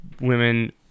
women